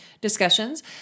discussions